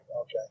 Okay